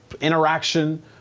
interaction